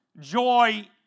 joy